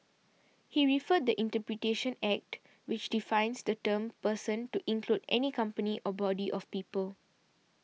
he referred the Interpretation Act which defines the term person to include any company or body of people